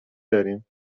داریم